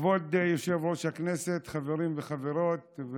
חברים וחברות,